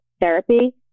therapy